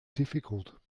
difficult